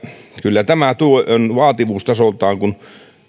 kyllä tämä työ on vaativuustasoltaan